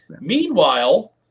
meanwhile